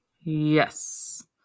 Yes